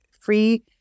free